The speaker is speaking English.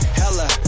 hella